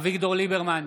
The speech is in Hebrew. אביגדור ליברמן,